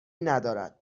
ندارد